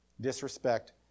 disrespect